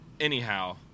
Anyhow